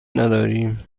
نداریم